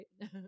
right